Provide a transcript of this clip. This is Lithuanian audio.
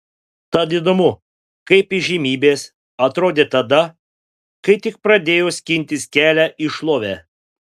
tad įdomu kaip įžymybės atrodė tada kai tik pradėjo skintis kelią į šlovę